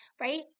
Right